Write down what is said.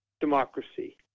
democracy